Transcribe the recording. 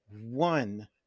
one